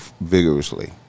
vigorously